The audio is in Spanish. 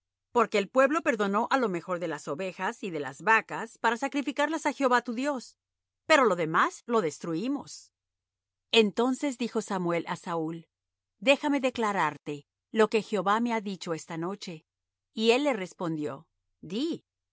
porque el pueblo perdonó á lo mejor de las ovejas y de las vacas para sacrificarlas á jehová tu dios pero lo demás lo destruimos entonces dijo samuel á saúl déjame declararte lo que jehová me ha dicho esta noche y él le respondió di